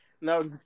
No